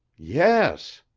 yes.